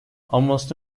almost